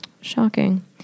Shocking